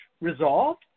resolved